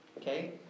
Okay